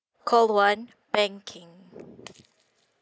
call one banking